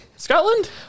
Scotland